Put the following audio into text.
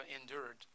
endured